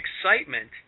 excitement